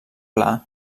pla